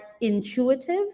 intuitive